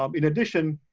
um in addition,